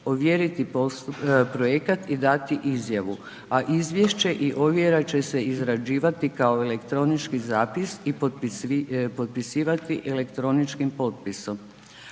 ovjeriti projekat i dati izjavu, a izvješće i ovjera će se izrađivati kao elektronički zapis i potpisivati elektroničkim potpisom.